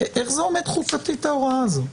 זה עומד חוקתית ההוראה הזאת?